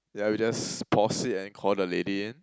yeah we just pause it and call the lady in